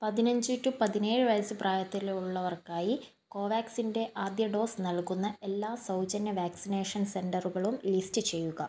പതിനഞ്ച് ടു പതിനേഴ് വയസ്സ് പ്രായത്തിലുള്ളവർക്കായി കോവാക്സിൻ്റെ ആദ്യ ഡോസ് നൽകുന്ന എല്ലാ സൗജന്യ വാക്സിനേഷൻ സെൻ്ററുകളും ലിസ്റ്റ് ചെയ്യുക